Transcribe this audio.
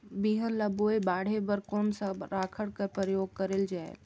बिहान ल बोये बाढे बर कोन सा राखड कर प्रयोग करले जायेल?